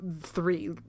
three